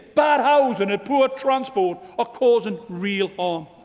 bad housing and poor transport are causing really harm.